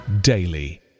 daily